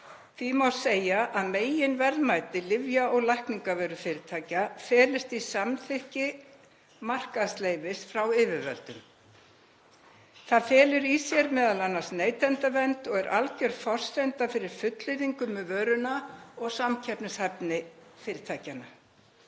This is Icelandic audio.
Því má segja að meginverðmæti lyfja- og lækningavörufyrirtækja felist í samþykki markaðsleyfis frá yfirvöldum. Það felur m.a. í sér neytendavernd og er alger forsenda fyrir fullyrðingum um vöruna og samkeppnishæfni fyrirtækjanna.